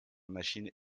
machine